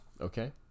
okay